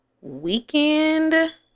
weekend